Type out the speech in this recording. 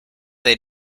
they